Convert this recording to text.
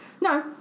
No